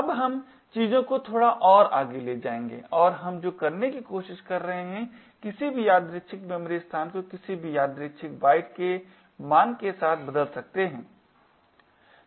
अब हम चीजों को थोड़ा और आगे ले जाएंगे और हम जो करने की कोशिश कर रहे हैं किसी भी यादृछिक मेमोरी स्थान को किसी भी यादृछिक बाइट मान के साथ बदल सकते है